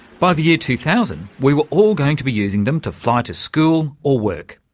by the year two thousand we were all going to be using them to fly to school or work.